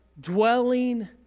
dwelling